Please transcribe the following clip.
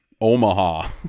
Omaha